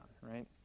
right